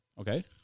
Okay